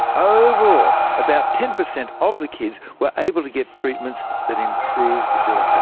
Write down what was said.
ah overall, about ten percent of the kids were able to get treatments that improved their